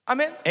Amen